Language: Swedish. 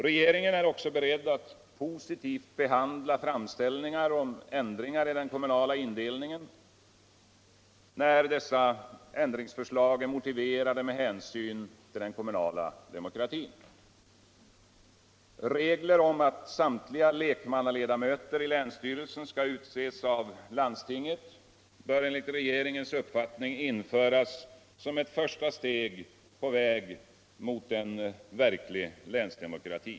Regeringen är också beredd att positivt behandla framställningar om ändringar i den kommunala indelningen när dessa ändringsförslag är motiverade med hänsyn till den kommunala demokratin. Regler om atvt samtliga lek mannaledamöter i länsstyrelsen skall utses av landstinget bör enligt regeringens uppfattning införas som ett första steg på väg mot en verklig länsdemokrati.